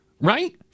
right